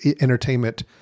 entertainment